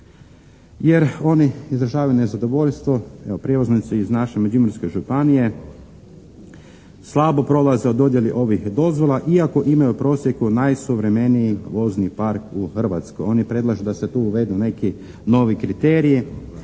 jer oni izražavaju nezadovoljstvo evo prijevoznici iz naše Međimurske županije slabo prolaze u dodjeli ovih dozvola iako imaju u prosjeku najsuvremeniji vozni park u Hrvatskoj. Oni predlažu da se tu uvedu neki novi kriteriji,